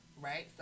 right